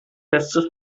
festes